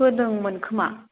होदोंमोन खोमा